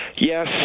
Yes